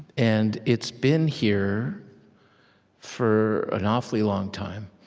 and it's been here for an awfully long time.